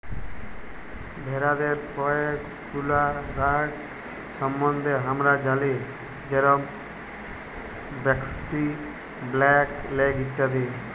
ভেরাদের কয়ে গুলা রগ সম্বন্ধে হামরা জালি যেরম ব্র্যাক্সি, ব্ল্যাক লেগ ইত্যাদি